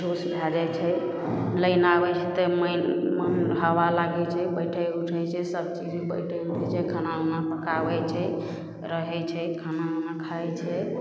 झूस भए जाइ छै लाइन आबै छै तऽ मानि हवा लागै छै बैठै उठै छै सबचीज बैठै उठै छै खाना उना पकाबै छै रहै छै खाना उना खाइ छै